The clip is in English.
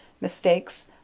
mistakes